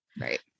Right